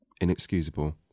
inexcusable